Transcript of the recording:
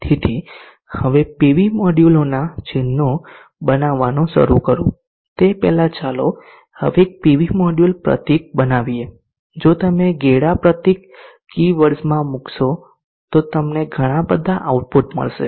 તેથી હવે પીવી મોડ્યુલોનાં ચિહ્નો બનાવવાનું શરૂ કરું તે પહેલાં ચાલો હવે એક પીવી મોડ્યુલ પ્રતીક બનાવીએ જો તમે ગેડા પ્રતીક કીવર્ડ્સમાં મૂકશો તો તમને ઘણા બધા ઓઉટપુટ મળશે